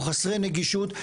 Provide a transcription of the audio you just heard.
או חסרי נגישות.